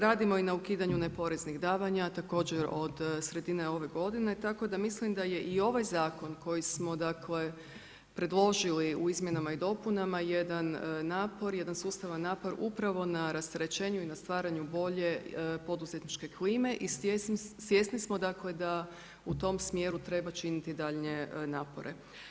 Radimo i na ukidanju ne poreznih davanja, također od sredine ove godine tako da mislim da je ovaj zakon koji smo predložili u izmjenama i dopunama jedan sustavan napor upravo na rasterećenju i na stvaranju bolje poduzetničke klime i svjesni smo da u tom smjeru treba činiti daljnje napore.